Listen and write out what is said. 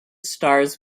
stars